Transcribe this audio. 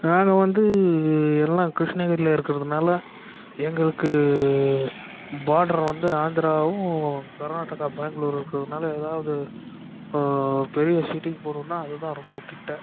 நாங்கள் வந்து எல்லா கிருஷ்ணகிரியில் இருக்கறதுனால் எங்களுக்கு பார்டர் வந்து ஆந்திராவும் கர்நாடகா பேங்களூர் இருக்கறதுனால் ஏதாவது பெரிய சிட்டிக்கு போகணுன்னா அதுதான் ரொம்ப கிட்ட